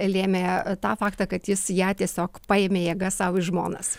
lėmė tą faktą kad jis ją tiesiog paėmė jėga sau į žmonas